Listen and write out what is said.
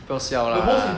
不要笑啦